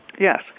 Yes